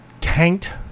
Tanked